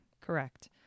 Correct